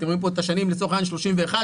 אתם רואים לצורך העניין את השנים 31',